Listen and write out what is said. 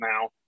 now